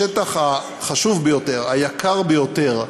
השטח החשוב ביותר, היקר ביותר,